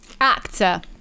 Actor